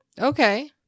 okay